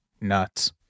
Nuts